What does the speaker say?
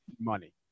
money